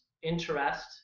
interest